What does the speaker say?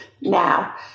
now